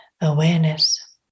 awareness